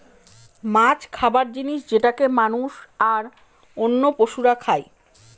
মাছ খাবার জিনিস যেটাকে মানুষ, আর অন্য পশুরা খাই